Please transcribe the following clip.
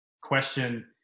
question